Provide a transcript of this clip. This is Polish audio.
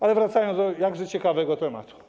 Ale wracam do jakże ciekawego tematu.